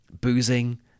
boozing